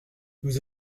nous